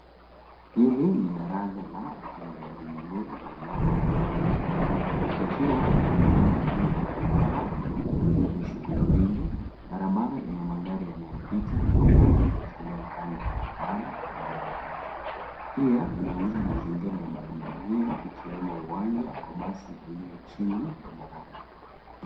Hili ni daraja la watembeaji miguu lililoko Nairobi kenya, likiwa limejengwa juu ya bararabara yenye shughuli nyingi. Barabara ina magari yanayopita na kuna watu wakitembea kando ya barabara karibu na daraja. Pia inaonyesha mazingira ya barabara hiyo ikiwemo uwanja wa basi ulio chini ya daraja.